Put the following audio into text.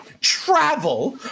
travel